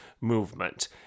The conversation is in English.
movement